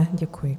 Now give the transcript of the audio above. Děkuji.